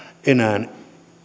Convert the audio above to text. enää